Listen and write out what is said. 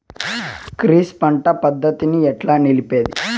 Crop పంట పద్ధతిని ఎట్లా నిలిపేది?